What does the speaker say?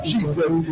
Jesus